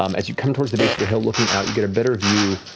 um as you come towards the base of the hill looking out, you get a better view.